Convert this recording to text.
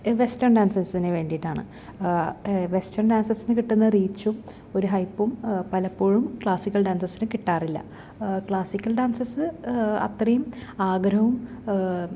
western ഡാൻസസിന് വേണ്ടിയിട്ടാണ് western ഡാൻസസിന് കിട്ടുന്ന റീച്ചും ഒരു ഹൈപ്പും പലപ്പോഴും ക്ലാസിക്കൽ ഡാൻസസിന് കിട്ടാറില്ല ക്ലാസിക്കൽ ഡാൻസസ്സ് അത്രയും ആഗ്രഹവും